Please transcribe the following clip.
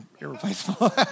irreplaceable